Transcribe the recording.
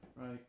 right